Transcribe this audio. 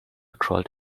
crawled